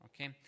okay